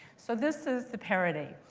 so this is the parody.